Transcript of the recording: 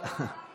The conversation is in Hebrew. להצעה לסדר-היום